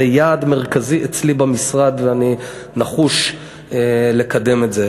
זה יעד מרכזי אצלי במשרד, ואני נחוש לקדם את זה.